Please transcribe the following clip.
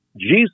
Jesus